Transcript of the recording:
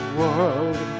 world